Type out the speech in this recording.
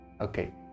Okay